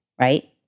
right